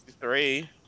three